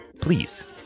please